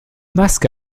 maske